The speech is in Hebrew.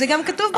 זה גם כתוב בחוק.